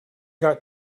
got